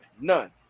none